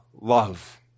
love